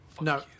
No